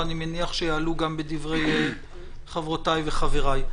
ואני מניח שיעלו גם בדברי חברותיי וחבריי.